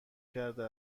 کرده